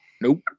Nope